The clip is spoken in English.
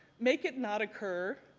make it not occur,